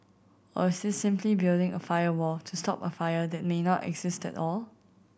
or is this simply building a firewall to stop a fire that may not exist at all